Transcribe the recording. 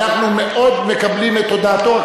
ואנחנו מאוד מקבלים את הודעתו,